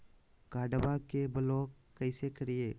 कार्डबा के ब्लॉक कैसे करिए?